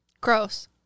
Gross